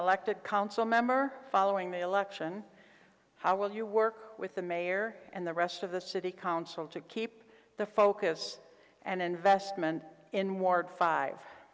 elected council member following the election how will you work with the mayor and the rest of the city council to keep the focus and investment in ward five